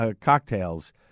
cocktails